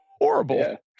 horrible